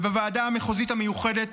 ובוועדה המחוזית המיוחדת